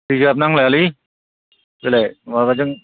reserve नांलायालै बेलाय माबाजों